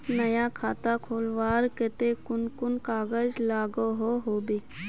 नया खाता खोलवार केते कुन कुन कागज लागोहो होबे?